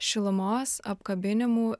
šilumos apkabinimų